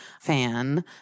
fan